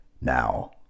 Now